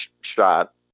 shot